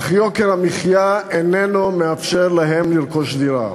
אך יוקר המחיה איננו מאפשר להם לרכוש דירה.